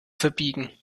verbiegen